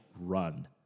run